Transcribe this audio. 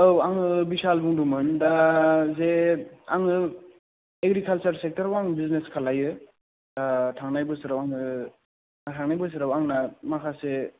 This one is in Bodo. औ आङो भिशाल बुंदोंमोन दा जे आङो एग्रिकाल्सार सेक्टराव आं बिजिनेस खालायो थांनाय बोसोराव आङो थांनाय बोसोराव आंना माखासे